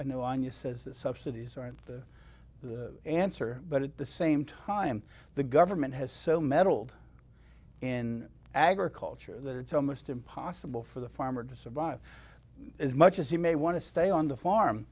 the subsidies aren't the answer but at the same time the government has so meddled in agriculture that it's almost impossible for the farmer to survive as much as you may want to stay on the farm